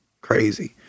crazy